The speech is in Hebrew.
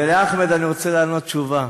ולאחמד אני רוצה לענות תשובה.